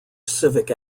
civic